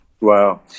Wow